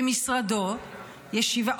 במשרדו ישיבה,